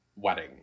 wedding